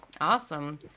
awesome